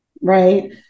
Right